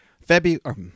February